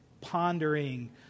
pondering